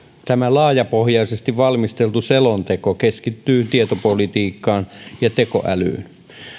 tämä laajapohjaisesti valmisteltu selonteko keskittyy tietopolitiikkaan ja tekoälyyn